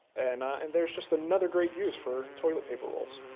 and and there's just another great use for toilet paper rolls.